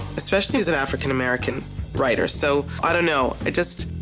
especially as an african american writer. so i don't know, it just,